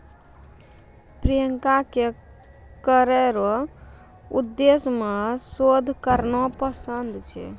प्रियंका के करो रो उद्देश्य मे शोध करना पसंद छै